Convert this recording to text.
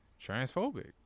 Transphobic